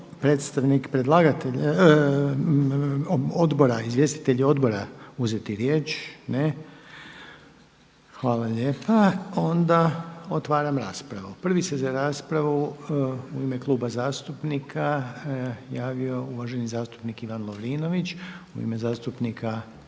li sada izvjestitelji odbora uzeti riječ? Ne. Otvaram raspravu. Prvi se za raspravu u ime Kluba zastupnika javio uvaženi zastupnik Ivan Lovrinović. Nema ga, gubi